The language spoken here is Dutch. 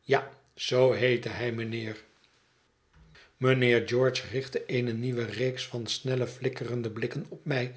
ja zoo heette hij mijnheer mijnheer george richtte eene nieuwe reeks van snelle flikkerende blikken op mij